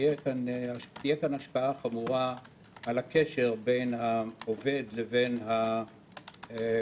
תהיה כאן השפעה רצינית על הקשר בין העובד לבין המעסיק.